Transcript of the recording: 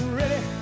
ready